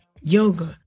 yoga